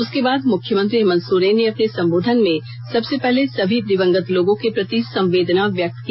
उसके बाद मुख्यमंत्री हेमंत सोरेन ने अपने संबोधन में सबसे पहले सभी दिवंगत लोगों के प्रति संवेदना व्यक्त की